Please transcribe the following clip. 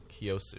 Kyosu